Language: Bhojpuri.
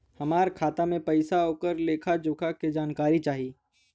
हमार खाता में पैसा ओकर लेखा जोखा के जानकारी चाही?